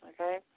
okay